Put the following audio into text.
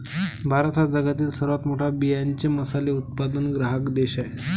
भारत हा जगातील सर्वात मोठा बियांचे मसाले उत्पादक ग्राहक देश आहे